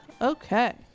okay